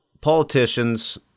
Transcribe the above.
Politicians